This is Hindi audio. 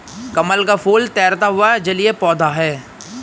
कमल का फूल तैरता हुआ जलीय पौधा है